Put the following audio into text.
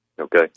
Okay